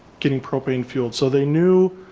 getting propane fuel. so they knew